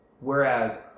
Whereas